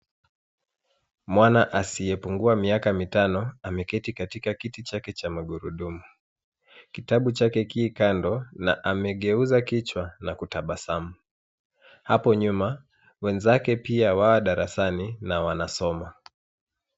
Mwana asiyepungua miaka mitano, ameketi katika kiti chake cha magurudumu. Kitabu chake, kii kando na amegeuza kichwa na kutabasamu. hapo nyuma, wenzake pia wa darasani na wanasoma